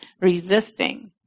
resisting